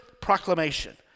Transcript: proclamation